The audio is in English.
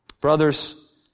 Brothers